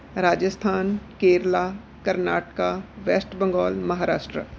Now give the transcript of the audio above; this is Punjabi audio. ਰਾਜਸਥਾਨ ਕੇਰਲਾ ਕਰਨਾਟਕਾ ਵੈਸਟ ਬੰਗੋਲ ਮਹਾਰਾਸ਼ਟਰ